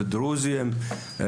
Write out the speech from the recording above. דרוזים,